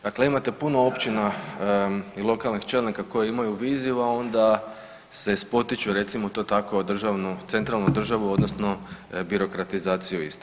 Dakle, imate puno općina i lokalnih čelnika koji imaju viziju, a onda se spotiču recimo to tako o državnu, centralnu državu odnosno birokratizaciju iste.